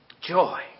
Joy